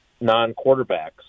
non-quarterbacks